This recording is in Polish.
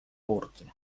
burty